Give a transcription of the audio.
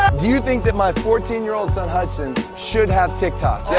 do you think that my fourteen year old son, hudson, should have tik tok,